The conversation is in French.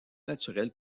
naturelle